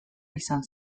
izan